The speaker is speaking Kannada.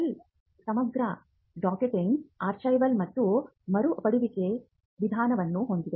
ಸ್ಕೇಲ್ ಸಮಗ್ರ ಡಾಕಿಂಗ್ ಆರ್ಕೈವಲ್ ಮತ್ತು ಮರುಪಡೆಯುವಿಕೆ ವಿಧಾನವನ್ನು ಹೊಂದಿದೆ